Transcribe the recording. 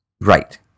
Right